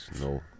no